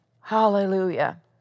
Hallelujah